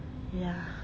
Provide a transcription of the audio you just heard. ya